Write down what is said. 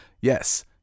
Yes